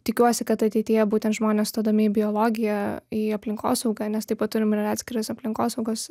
tikiuosi kad ateityje būtent žmonės stodami į biologiją į aplinkosaugą nes taip pat turim ir atskiras aplinkosaugos